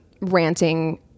ranting